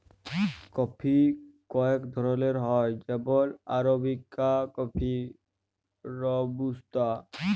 coffee কয়েক ধরলের হ্যয় যেমল আরাবিকা কফি, রবুস্তা